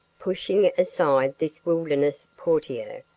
pushing aside this wilderness portiere,